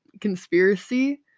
conspiracy